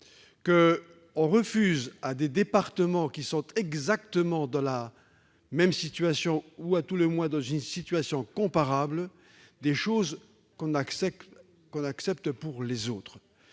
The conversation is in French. l'on refuse à des départements qui sont exactement dans la même situation, ou à tout le moins dans une situation comparable, des demandes que l'on accorde à d'autres.